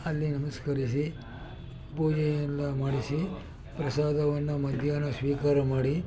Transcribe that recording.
ಅಲ್ಲಿ ನಮಸ್ಕರಿಸಿ ಪೂಜೆ ಎಲ್ಲ ಮಾಡಿಸಿ ಪ್ರಸಾದವನ್ನು ಮದ್ಯಾನ್ನ ಸ್ವೀಕಾರ ಮಾಡಿ